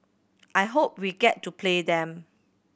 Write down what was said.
I hope we get to play them